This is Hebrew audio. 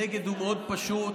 הנגד הוא מאוד פשוט,